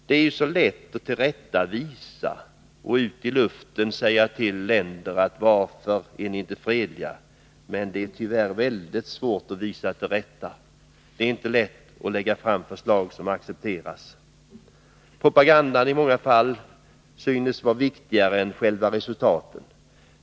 Det är mycket lätt att ut i luften fråga länder: Varför är ni inte fredliga? Men det är mycket svårt att visa till rätta. Det är inte lätt att lägga fram förslag som accepteras. Propagandan synes i många fall viktigare än själva resultatet.